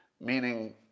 meaning